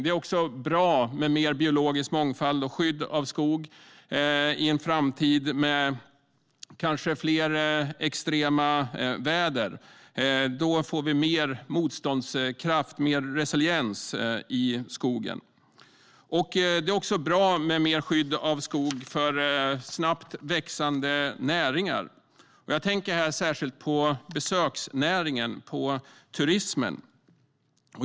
Det är också bra med mer biologisk mångfald och skydd av skog i en framtid då det kanske blir mer av extremt väder. På så sätt får vi mer motståndskraft, mer resiliens i skogen. Det är också bra med mer skydd av skog för snabbt växande näringar. Jag tänker här särskilt på besöksnäringen, på turismen.